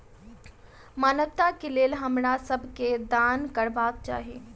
मानवता के लेल हमरा सब के दान करबाक चाही